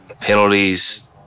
Penalties